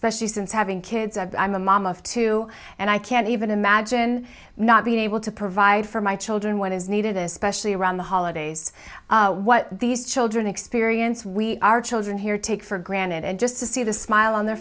especially since having kids and i'm a mom of two and i can't even imagine not being able to provide for my children what is needed especially around the holidays what these children experience we our children here take for granted and just to see the smile on their